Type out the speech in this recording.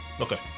Okay